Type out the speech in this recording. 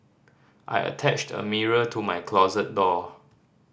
I attached a mirror to my closet door